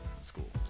School